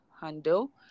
handle